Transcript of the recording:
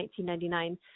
1999